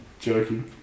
joking